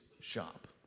shop